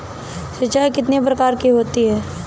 सिंचाई कितनी प्रकार की होती हैं?